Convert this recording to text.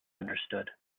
understood